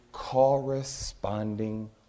corresponding